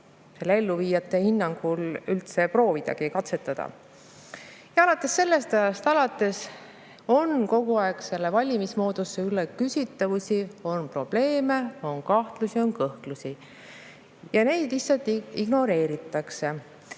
selle elluviijate hinnangul üldse proovida ega katsetada. Alates sellest ajast on kogu aeg olnud selle valimismoodusega küsitavusi, on probleeme, on kahtlusi, on kõhklusi, aga neid lihtsalt ignoreeritakse.